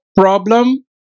Problem